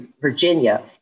Virginia